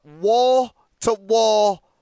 wall-to-wall